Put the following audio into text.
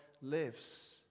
lives